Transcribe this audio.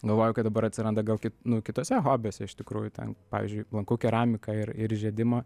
galvoju kad dabar atsiranda gal kit nu kituose hobiuose iš tikrųjų ten pavyzdžiui lankau keramiką ir ir žiedimą